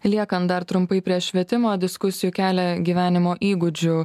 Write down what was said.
liekant dar trumpai prie švietimo diskusijų kelia gyvenimo įgūdžių